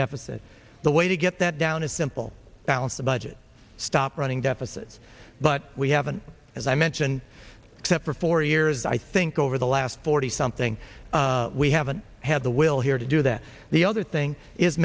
deficit the way to get that down is simple balance the budget stop running deficits but we haven't as i mentioned except for four years i think over the last forty something we haven't had the will here to do that the other thing is